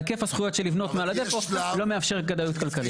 היקף הזכויות שנבנות מעל הדפו לא מאפשר כדאיות כלכלית.